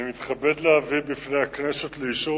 אני מתכבד להביא בפני הכנסת לאישור